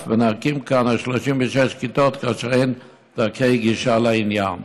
ונקים כאן 36 כיתות כאשר אין דרכי גישה לעניין.